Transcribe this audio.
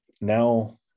now